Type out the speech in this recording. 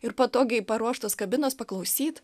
ir patogiai paruoštos kabinos paklausyt